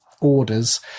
orders